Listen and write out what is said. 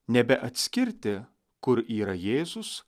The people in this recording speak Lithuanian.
nebeatskirti kur yra jėzus